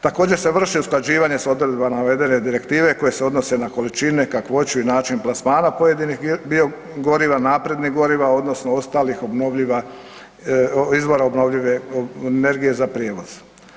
Također se vrši usklađivanje s odredbama navedene direktive koje se odnose na količine, kakvoću i način plasmana pojedinih biogoriva, naprednih goriva odnosno ostalih obnovljivih, izvora obnovljive energije za prijevoz.